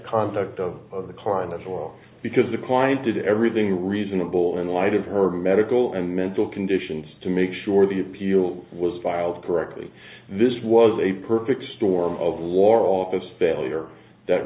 conduct of the client as well because the client did everything reasonable in light of her medical and mental conditions to make sure the appeal was filed correctly this was a perfect storm of war office failure that